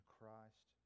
Christ